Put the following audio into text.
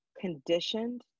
conditioned